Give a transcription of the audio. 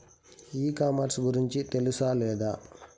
E commerce గురించి తెలుసా లేదా?